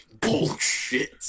bullshit